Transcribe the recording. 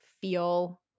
feel